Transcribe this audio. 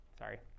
Sorry